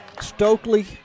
Stokely